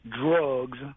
drugs